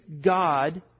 God